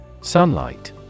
Sunlight